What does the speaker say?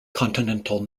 continental